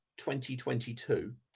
2022